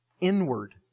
inward